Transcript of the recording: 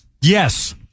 Yes